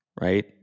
right